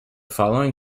following